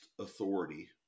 authority